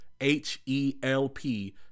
H-E-L-P